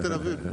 אין להם,